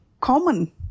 common